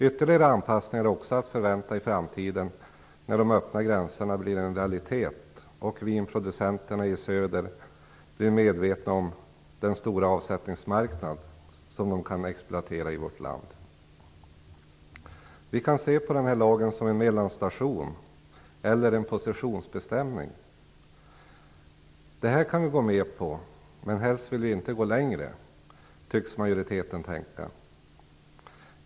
Ytterligare anpassningar är också att vänta i framtiden när de öppna gränserna blir en realitet och vinproducenterna i söder blir medvetna om den stora avsättningsmarknad som de kan exploatera i vårt land. Vi kan se den här lagen som en mellanstation eller en positionsbestämning. Majoriteten tycks tänka att man kan gå med på detta, men man vill helst inte gå längre.